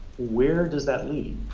where does that lead?